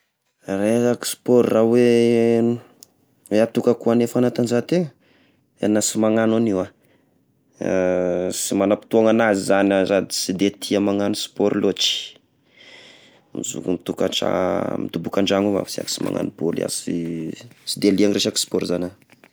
Resaky sport raha hoe ny hatokako ho an'ny fantanjahantegna, tegna sy magnano anio iaho, sy manam-potoagna an'azy zagny iaho sady sy da tia magnano sport loatry, misovy mitokatra midoboky an-dragno iaho fa iaho sy magnano boly, iaho sy sy de liagny resaky sport zagny iaho.